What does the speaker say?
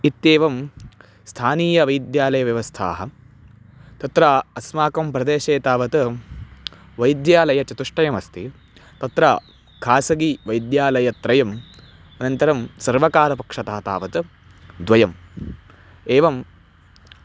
इत्येवं स्थानीयवैद्यालयव्यवस्थाः तत्र अस्माकं प्रदेशे तावत् वैद्यालयचतुष्टयमस्ति तत्र खासगी वैद्यालयत्रयम् अनन्तरं सर्वकारपक्षतः तावत् द्वयम् एवं